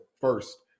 first